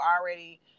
already